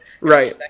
Right